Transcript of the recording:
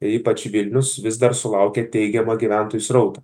ypač vilnius vis dar sulaukia teigiamo gyventojų srauto